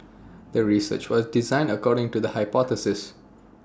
the research was designed according to the hypothesis